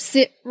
Sit